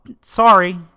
Sorry